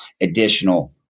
additional